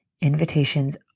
invitations